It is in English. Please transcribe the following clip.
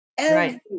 Right